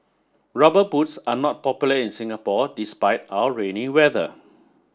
rubber boots are not popular in Singapore despite our rainy weather